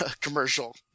commercial